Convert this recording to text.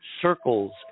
circles